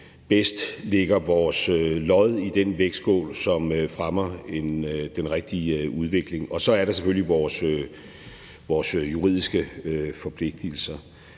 bedst lægger vores lod i den vægtskål, som fremmer den rigtige udvikling, og så er der selvfølgelig også vores juridiske forpligtigelser.